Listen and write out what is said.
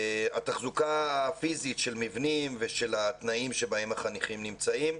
התחזוקה הפיזית של מבנים ושל התנאים שבהם החניכים נמצאים.